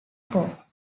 pop